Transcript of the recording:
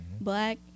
black